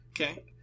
Okay